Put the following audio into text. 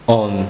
on